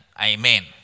amen